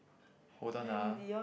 hold on lah